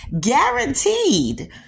Guaranteed